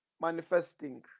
manifesting